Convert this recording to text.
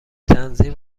تنظیم